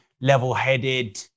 level-headed